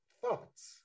thoughts